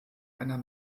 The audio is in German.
einer